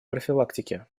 профилактике